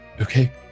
Okay